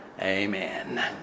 Amen